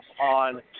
on